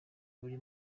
buri